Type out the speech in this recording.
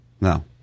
No